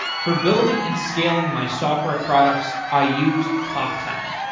for building and scaling my software products i use toptal.